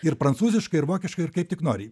ir prancūziškai ir vokiškai ir kaip tik nori